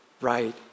right